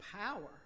power